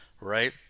right